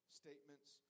statements